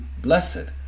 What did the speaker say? blessed